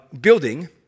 building